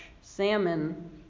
salmon